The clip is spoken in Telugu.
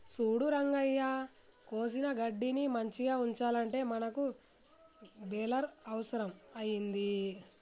సూడు రంగయ్య కోసిన గడ్డిని మంచిగ ఉంచాలంటే మనకి బెలర్ అవుసరం అయింది